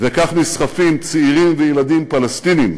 וכך נסחפים צעירים וילדים פלסטינים